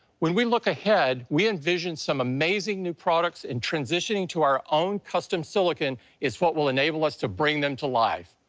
when we look ahead, we envision some amazing new products, and transitioning to our own custom silicon is what will enable us to bring them to life.